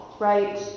Right